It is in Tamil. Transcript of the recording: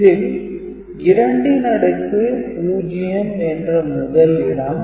இதில் 2 ன் அடுக்கு 0 என்ற முதல் இடம்